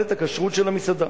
את הכשרות של המסעדה.